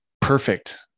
perfect